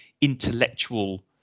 intellectual